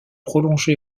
prolongé